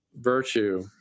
virtue